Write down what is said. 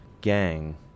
gang